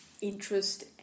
interest